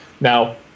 Now